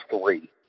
three